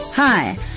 Hi